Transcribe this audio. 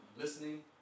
listening